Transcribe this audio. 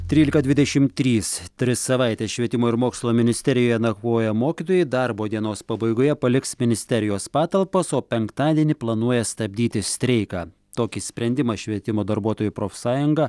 trylika dvidešim trys tris savaites švietimo ir mokslo ministerijoje nakvoję mokytojai darbo dienos pabaigoje paliks ministerijos patalpas o penktadienį planuoja stabdyti streiką tokį sprendimą švietimo darbuotojų profsąjunga